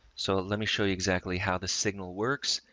so let me show you exactly how the signal works,